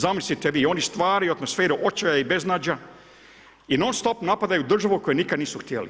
Zamislite vi, oni stvaraju atmosferu očaja i beznađa i non stop napadaju državu koju nikada nisu htjeli.